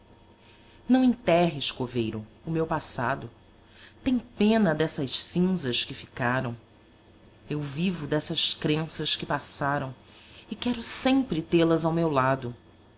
não enterres coveiro o meu passado tem pena dessas cinzas que ficaram eu vivo dessas crenças qe passaram e quero sempre tê-las ao meu lado